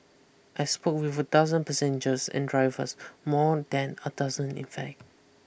I spoke with a dozen passengers and drivers more than a dozen in fact